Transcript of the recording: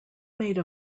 made